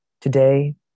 Today